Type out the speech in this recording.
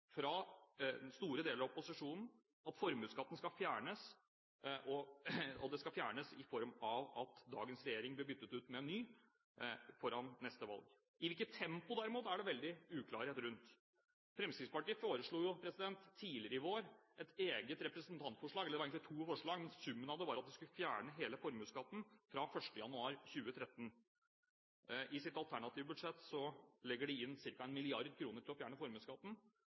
fra store deler av opposisjonen at formuesskatten skal fjernes, og den skal fjernes i form av at dagens regjering blir byttet ut med en ny ved neste valg. I hvilket tempo, derimot, er det stor uklarhet rundt. Fremskrittspartiet foreslo tidligere i vår et eget representantforslag – det var egentlig to forslag – men summen var at man skulle fjerne hele formuesskatten fra 1. januar 2013. I sitt alternative budsjett legger de inn ca. 1 mrd. kr til å fjerne formuesskatten.